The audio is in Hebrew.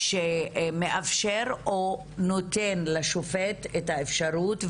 שמאפשר או נותן לשופט את האפשרות,